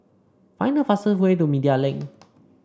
find the fastest way to Media Link